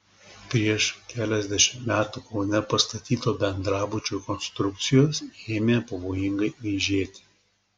prieš keliasdešimt metų kaune pastatyto bendrabučio konstrukcijos ėmė pavojingai aižėti